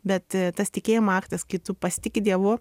bet tas tikėjimo aktas kai tu pasitiki dievu